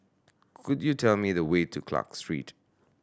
could you tell me the way to Clarke Street